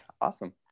awesome